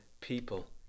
people